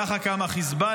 ככה קם החיזבאללה,